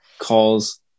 calls